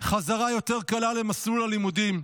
חזרה יותר קלה למסלול הלימודים,